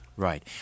Right